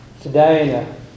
Today